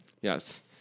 Yes